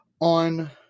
on